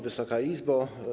Wysoka Izbo!